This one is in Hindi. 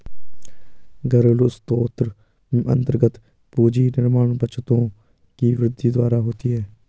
घरेलू स्रोत में अन्तर्गत पूंजी निर्माण बचतों की वृद्धि द्वारा होती है